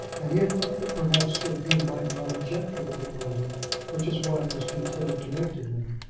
and he had thought that perhaps sir hugh might not object to the proposal which his wife was too timid to make to him.